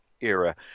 era